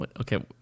Okay